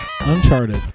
Uncharted